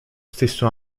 stesso